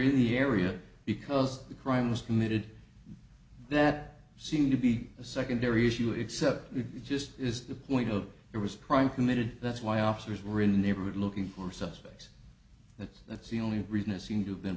y area because the crime was committed that seems to be a secondary issue except maybe just is the point of it was crime committed that's why officers were in the neighborhood looking for suspects that that's the only reason it seemed to have been